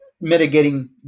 mitigating